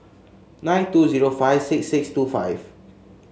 nine two zero five six six two five